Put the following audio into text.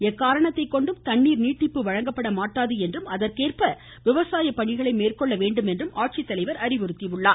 எக்காரணத்தைக் கொண்டும் தண்ணீர் நீட்டிப்பு வழங்கப்பட மாட்டாது என்றும் அதற்கேற்ப விவசாய பணிகளை மேற்கொள்ள வேண்டுமென்றும் ஆட்சித்தலைவர் அறிவுறுத்தியுள்ளார்